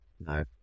No